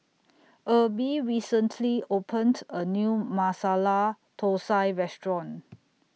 Erby recently opened A New Masala Thosai Restaurant